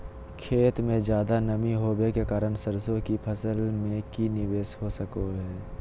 खेत में ज्यादा नमी होबे के कारण सरसों की फसल में की निवेस हो सको हय?